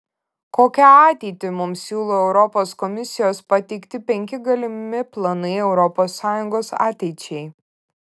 kokią ateitį mums siūlo europos komisijos pateikti penki galimi planai europos sąjungos ateičiai